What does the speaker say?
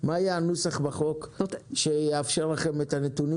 מה יהיה הנוסח בחוק שיאפשר לכם את הנתונים